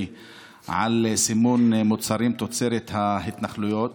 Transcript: על סימון מוצרים תוצרת ההתנחלויות,